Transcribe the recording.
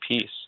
peace